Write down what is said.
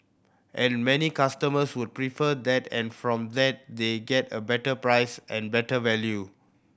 and many customers would prefer that and from that they get a better price and better value